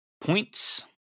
points